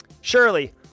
Shirley